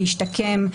להשתקם,